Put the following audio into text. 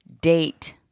date